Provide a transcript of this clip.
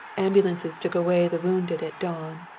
ambulances took away the wounded at dawn,